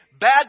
bad